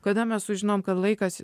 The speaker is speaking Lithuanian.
kada mes sužinom kad laikas